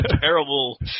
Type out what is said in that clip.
Terrible